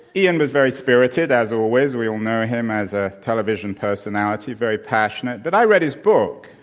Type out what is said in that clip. ian was very spirited, as always. we all know him as a television personality, very passionate. but i read his book,